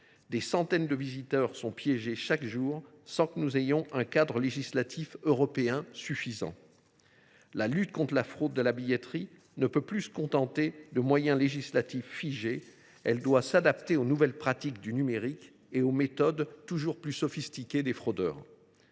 Des centaines de visiteurs sont piégés chaque jour, faute d’un cadre législatif européen suffisant. Pour lutter contre la fraude à la billetterie, on ne peut plus se contenter de moyens législatifs figés. Il faut s’adapter aux nouvelles pratiques du numérique et aux méthodes toujours plus sophistiquées des fraudeurs.